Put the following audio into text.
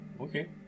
Okay